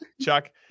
Chuck